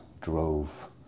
drove